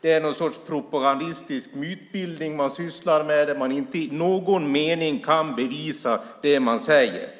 Det är någon sorts propagandistisk mytbildning man sysslar med där man inte i någon mening kan bevisa det man säger.